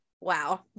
wow